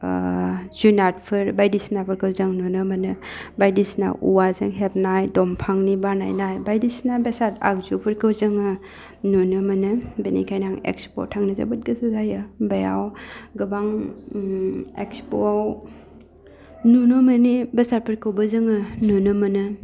जुनादफोर बायदिसिनाफोरखौ जों नुनो मोनो बायदिसिना औवाजों हेबनाय दंफांनि बानायनाय बायदिसिना बेसाद आगजुफोरखौ जोङो नुनो मोनो बिनिखायनो आं इक्सप'वाव थांनो जोबोद गोसो जायो बेयाव गोबां इक्सप'वाव नुनो मोनि बेसादफोरखौबो जोङो नुनो मोनो